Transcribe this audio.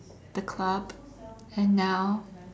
the club and now